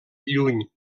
lluny